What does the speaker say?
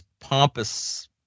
pompous